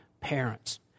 parents